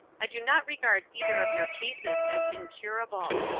i do not regard either of your cases as incurable.